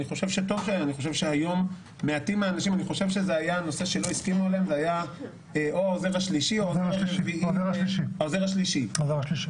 אני חושב שהייתה אי-הסכמה לגבי הוספת עוזר שלישי לחברי הכנסת.